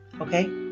okay